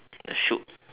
shoot